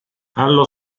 allo